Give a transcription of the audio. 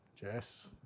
Jess